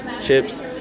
chips